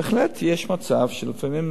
בהחלט יש מצב שלפעמים,